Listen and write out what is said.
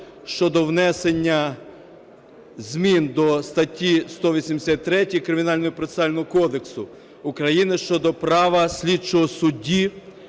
щодо внесення змін до статті 183 Кримінально-процесуального кодексу України щодо права слідчого судді